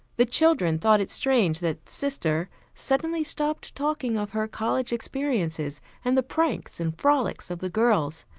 the children thought it strange that sister, suddenly stopped talking of her college experiences and the pranks and frolics of the girls.